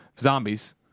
Zombies